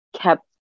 kept